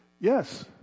Yes